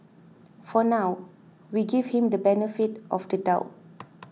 for now we give him the benefit of the doubt